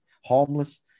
harmless